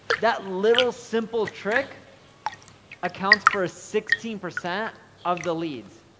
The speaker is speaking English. that little, simple trick accounts for ah sixteen percent of the leads.